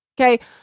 Okay